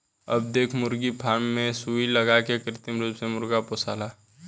अब देख मुर्गी फार्म मे सुई लगा के कृत्रिम रूप से मुर्गा पोसाला